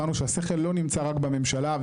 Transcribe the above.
הבנו שהשכל לא נשאר רק בממשלה,